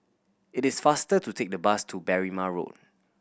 it is faster to take the bus to Berrima Road